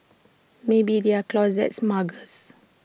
maybe they are closet muggers